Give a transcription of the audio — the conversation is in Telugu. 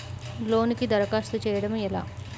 లోనుకి దరఖాస్తు చేయడము ఎలా?